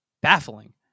baffling